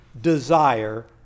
desire